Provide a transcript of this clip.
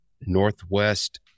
northwest